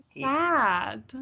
sad